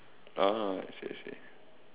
ah I see I see